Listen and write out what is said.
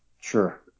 Sure